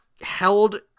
held